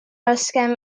raskem